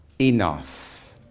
enough